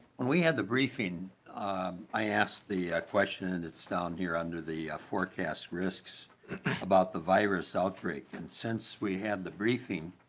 and we had the i asked the question and it's down here under the forecast risks about the virus outbreak in sense we had the briefing.